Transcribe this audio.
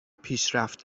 پیشرفت